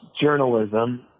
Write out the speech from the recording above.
journalism